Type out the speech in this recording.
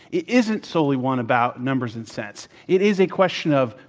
it isn't solely one about numbers and cents. it is a question of,